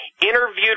interviewed